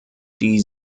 die